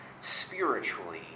spiritually